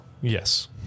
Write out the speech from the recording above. Yes